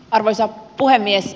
arvoisa puhemies